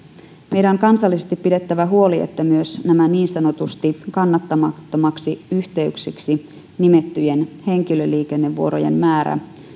meidän on kansallisesti pidettävä huoli että myös niin sanotusti kannattamattomiksi yhteyksiksi nimettyjen henkilöliikennevuorojen määrä